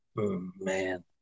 Man